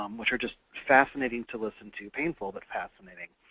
um which are just fascinating to listen to painful, but fascinating.